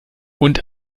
und